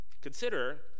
Consider